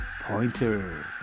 pointer